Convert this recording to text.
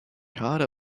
harder